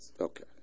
okay